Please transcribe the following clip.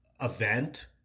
event